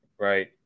right